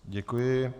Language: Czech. Děkuji.